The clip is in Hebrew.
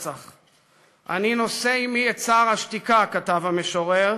"אני נושא עמי את צער השתיקה", כתב המשורר.